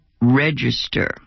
Register